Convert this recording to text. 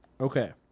Okay